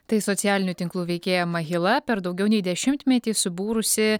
tai socialinių tinklų veikėja mahila per daugiau nei dešimtmetį subūrusi